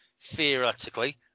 theoretically